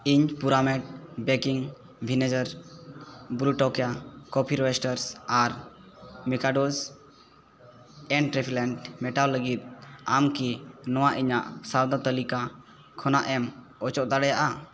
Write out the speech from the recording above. ᱤᱧ ᱯᱩᱨᱟᱢᱮᱴ ᱵᱮᱠᱤᱝ ᱵᱷᱤᱱᱮᱜᱟᱨ ᱵᱞᱩᱴᱚᱠᱟ ᱠᱚᱯᱷᱤ ᱨᱚᱭᱮᱥᱴᱟᱨᱥ ᱟᱨ ᱢᱮᱠᱟᱰᱳᱥ ᱮᱱᱴ ᱴᱨᱮᱯᱤᱞᱮᱱᱰ ᱢᱮᱴᱟᱣ ᱞᱟᱹᱜᱤᱫ ᱟᱢᱠᱤ ᱱᱚᱣᱟ ᱤᱧᱟᱹᱜ ᱥᱟᱣᱫᱟ ᱛᱟᱹᱞᱤᱠᱟ ᱠᱷᱚᱱᱟᱜ ᱮᱢ ᱚᱪᱚᱜ ᱫᱟᱲᱮᱭᱟᱜᱼᱟ